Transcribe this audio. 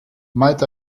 might